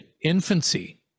infancy